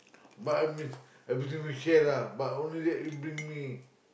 but I mean everything we share lah but only that you bring me